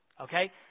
Okay